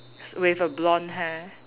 with a blonde hair